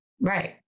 Right